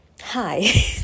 hi